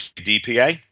dpa,